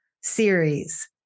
series